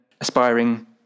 aspiring